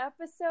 episode